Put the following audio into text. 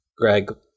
Greg